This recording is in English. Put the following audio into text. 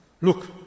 Look